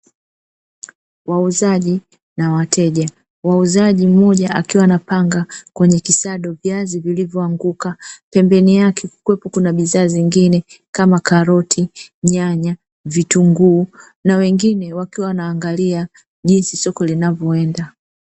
Wauzaji na wateja, wauzaji mmoja akiwa anapanga kwenye kisado viazi vilivyoanguka pembeni yake kukiwepo kuna bidhaa zingine kama; karoti, nyanya, vitunguu, na wengine wakiwa wanaangalia jinsi soko linavyoenda.